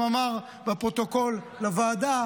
הוא גם אמר בפרוטוקול לוועדה,